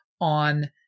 on